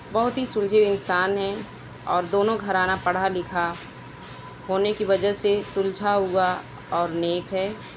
بہت ہی سُلجھے انسان ہیں اور دونوں گھرانہ پڑھا لِکھا ہونے کی وجہ سے سُلجھا ہُوا اور نیک ہے